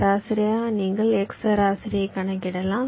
சராசரியாக நீங்கள் x சராசரி கணக்கிடலாம்